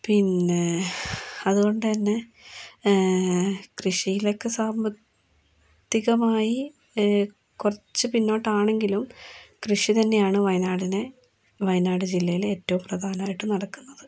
പിന്നെ അതുകൊണ്ടുതന്നെ കൃഷിയിലൊക്കെ സാമ്പത്തികമായി കുറച്ച് പിന്നോട്ടാണെങ്കിലും കൃഷി തന്നെയാണ് വയനാടിനെ വയനാട് ജില്ലയിൽ ഏറ്റവും പ്രധാനമായിട്ടും നടക്കുന്നത്